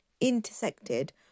intersected